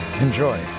enjoy